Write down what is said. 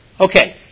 Okay